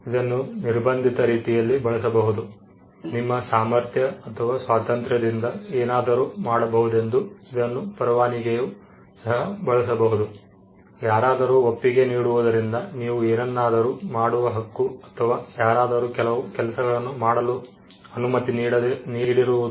ಇದನ್ನು ಅನಿರ್ಬಂಧಿತ ರೀತಿಯಲ್ಲಿ ಬಳಸಬಹುದು ನಿಮ್ಮ ಸಾಮರ್ಥ್ಯ ಅಥವಾ ಸ್ವಾತಂತ್ರ್ಯದಿಂದ ಏನಾದರೂ ಮಾಡಬಹುದೆಂದು ಇದನ್ನು ಪರವಾನಗಿಯು ಸಹ ಬಳಸಬಹುದು ಯಾರಾದರೂ ಒಪ್ಪಿಗೆ ನೀಡುವುದರಿಂದ ನೀವು ಏನನ್ನಾದರೂ ಮಾಡುವ ಹಕ್ಕು ಅಥವಾ ಯಾರಾದರೂ ಕೆಲವು ಕೆಲಸಗಳನ್ನು ಮಾಡಲು ಅನುಮತಿ ನೀಡಿರುವುದು